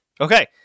Okay